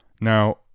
Now